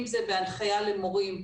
אם זה בהנחיה למורים,